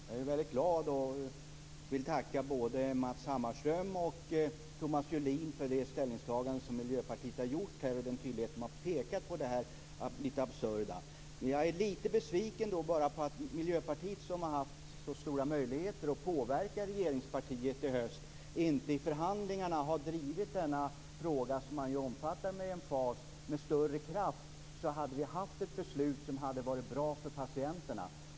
Fru talman! Jag är väldigt glad, och vill tacka både Matz Hammarström och Thomas Julin för det ställningstagande som Miljöpartiet har gjort här och den tydlighet med vilken man har pekat på det lite absurda i den här frågan. Men jag är lite besviken på att Miljöpartiet som har haft så stora möjligheter att påverka regeringspartiet i höst inte i förhandlingarna har drivit denna fråga, som man ju omfattar med emfas, med större kraft. Då hade vi haft ett beslut som hade varit bra för patienterna.